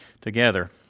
together